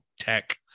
tech